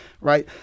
right